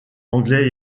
anglais